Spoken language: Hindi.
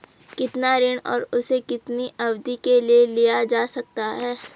कितना ऋण और उसे कितनी अवधि के लिए लिया जा सकता है?